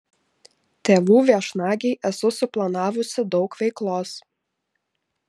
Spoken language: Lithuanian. tėvų viešnagei esu suplanavusi daug veiklos